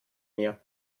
mir